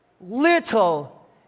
little